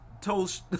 told